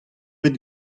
bet